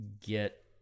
get